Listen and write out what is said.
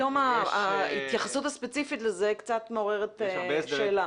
פתאום ההתייחסות הספציפית לזה קצת מעוררת שאלה.